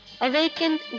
awakened